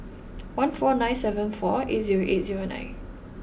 one four nine seven four eight zero eight zero nine